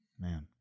Man